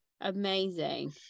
amazing